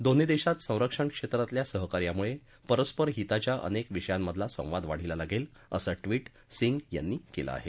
दोन्ही देशांत संरक्षण क्षेत्रातल्या सहकार्यामुळे परस्पर हिताच्या अनेक विषयांमधला संवाद वाढीला लागेल असं ड्री सिंग यांनी केलं आहे